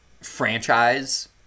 franchise